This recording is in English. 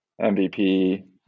MVP